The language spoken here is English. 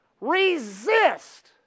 resist